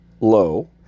low